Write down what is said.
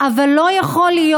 אבל לא יכול להיות